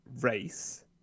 race